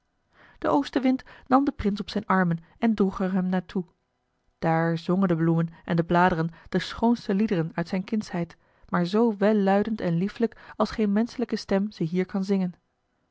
de oostenwind nam den prins op zijn armen en droeg er hem naar toe daar zongen de bloemen en de bladeren de schoonste liederen uit zijn kindsheid maar zoo welluidend en liefelijk als geen menschelijke stem ze hier kan zingen